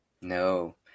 no